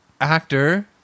actor